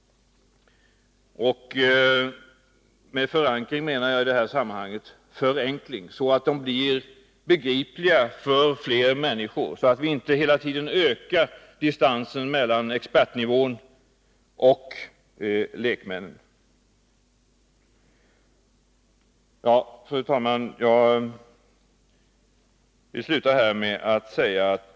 Med förankring menar jag i detta sammanhang förenkling, så att de blir begripliga för fler människor och så att vi inte hela tiden ökar distansen mellan expertnivån och lekmännen. Fru talman!